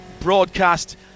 broadcast